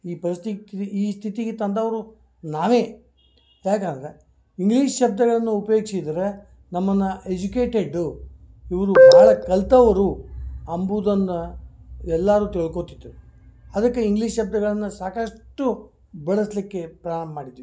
ಈ ಪರಿಸ್ಥಿತಿ ಈ ಸ್ಥಿತಿಗೆ ತಂದವರು ನಾವೇ ಯಾಕಂದ್ರೆ ಇಂಗ್ಲೀಷ್ ಶಬ್ದಗಳನ್ನು ಉಪಯೋಗ್ಸಿದ್ರೆ ನಮ್ಮನ್ನು ಎಜುಕೇಟೆಡ್ಡು ಇವರು ಭಾಳ ಕಲಿತವ್ರು ಎಂಬುದನ್ನು ಎಲ್ಲರೂ ತಿಳ್ಕೊಳ್ತಿದ್ರು ಅದಕ್ಕೆ ಇಂಗ್ಲೀಷ್ ಶಬ್ದಗಳನ್ನು ಸಾಕಷ್ಟು ಬಳಸಲಿಕ್ಕೆ ಪ್ರಾರಂಭ ಮಾಡಿದ್ವಿ